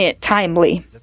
timely